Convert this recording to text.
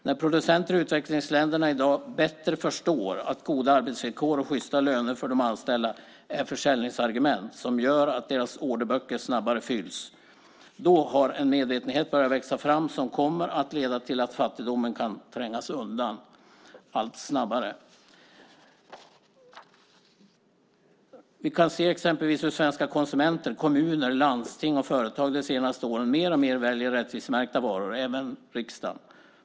När producenter i utvecklingsländerna bättre förstår att goda arbetsvillkor och sjysta löner för de anställda är försäljningsargument som gör att deras orderböcker snabbare fylls har en medvetenhet börjat växa fram som kommer att leda till att fattigdomen kan trängas undan allt snabbare. Vi kan exempelvis se hur svenska konsumenter, kommuner, landsting och företag de senaste åren mer och mer väljer rättvisemärkta varor, så även riksdagen.